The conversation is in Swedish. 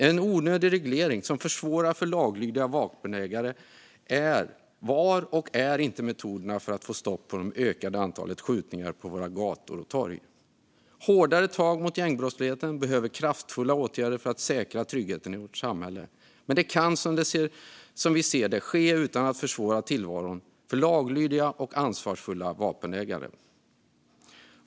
En onödig reglering som försvårar för laglydiga vapenägare är inte metoden för att få stopp på det ökade antalet skjutningar på våra gator och torg. Hårdare tag mot gängbrottsligheten behöver kraftfulla åtgärder för att säkra tryggheten i vårt samhälle. Men det kan, som vi ser det, ske utan att försvåra tillvaron för laglydiga och ansvarsfulla vapenägare.